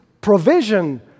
provision